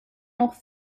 noch